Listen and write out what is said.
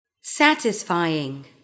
Satisfying